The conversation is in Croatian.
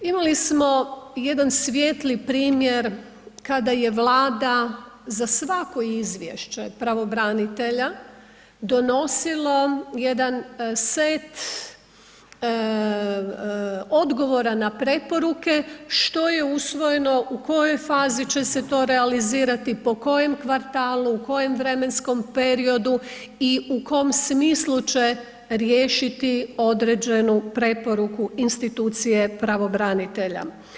Imali smo jedan svijetli primjer kada je Vlada za svako izvješće pravobranitelja donosila jedan set odgovora na preporuke što je usvojeno, u kojoj fazi će se to realizirati, po kojem kvartalu, u kojem vremenskom periodu i u kom smislu će riješiti određenu preporuku institucije pravobranitelja.